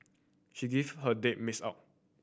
she give her date mix up